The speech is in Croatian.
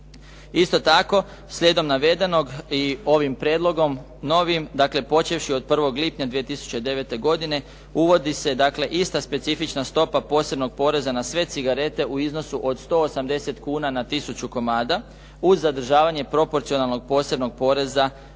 Isto tako, slijedom navedenog i ovim prijedlogom novim, dakle počevši od 1. lipnja 2009. godine uvodi se dakle ista specifična stopa posebnog poreza na sve cigarete u iznosu od 180 kuna na 1000 komada uz zadržavanje proporcionalnog posebno poreza